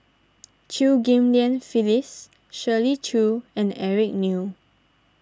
Chew Ghim Lian Phyllis Shirley Chew and Eric Neo